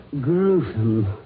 Gruesome